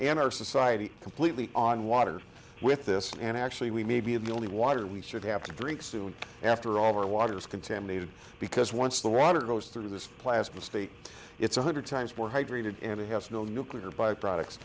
and our society completely on water with this and actually we may be the only water we should have to drink soon after all our water is contaminated because once the water goes through this plasma state it's one hundred times more hydrated and it has no nuclear by products